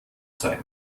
sein